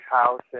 house